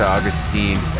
Augustine